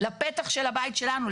לפתח של הבית שלנו,